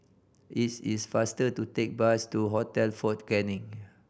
it is faster to take bus to Hotel Fort Canning